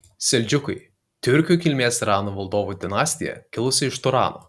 seldžiukai tiurkų kilmės irano valdovų dinastija kilusi iš turano